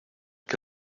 que